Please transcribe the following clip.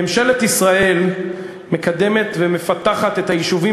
ממשלת ישראל מקדמת ומפתחת את היישובים